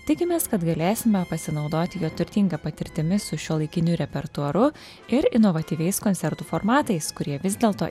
tikimės kad galėsime pasinaudoti jo turtinga patirtimi su šiuolaikiniu repertuaru ir inovatyviais koncertų formatais kurie vis dėlto